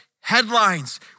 headlines